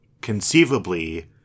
conceivably